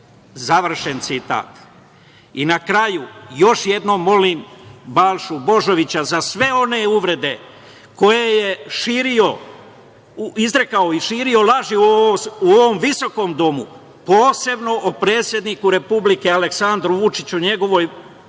završen citat.I na kraju, još jednom molim Balšu Božovića za sve one uvrede koje je izrekao i širio laži u ovom visokom domu, posebno o predsedniku Republike Aleksandru Vučiću, njegovom